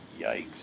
yikes